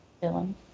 villain